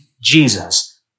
Jesus